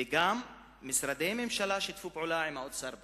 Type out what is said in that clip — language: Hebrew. וגם משרדי ממשלה שיתפו פעולה עם האוצר בזה.